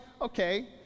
okay